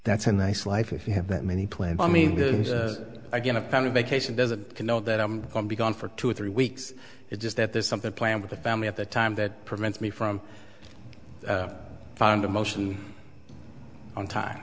that's a nice life if you have that many planned i mean i get a family vacation doesn't know that i'm going to be gone for two or three weeks it's just that there's something planned with the family at the time that prevents me from found a motion on time